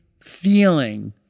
feeling